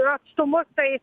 atstumus tai